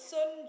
Sun